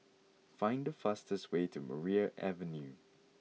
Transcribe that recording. find the fastest way to Maria Avenue